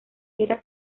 era